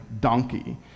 donkey